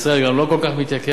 ישראל גם לא כל כך מתייקרת.